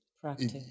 practice